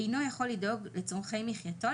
אינו יכול לדאוג לצרכי מחייתו,